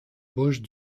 bouches